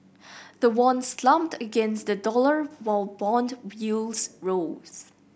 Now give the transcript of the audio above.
the won slumped against the dollar while bond yields rose